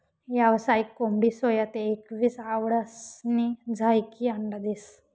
यावसायिक कोंबडी सोया ते एकवीस आठवडासनी झायीकी अंडा देस